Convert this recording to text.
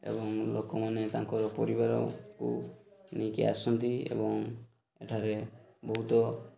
ଏବଂ ଲୋକମାନେ ତାଙ୍କର ପରିବାରକୁ ନେଇକି ଆସନ୍ତି ଏବଂ ଏଠାରେ ବହୁତ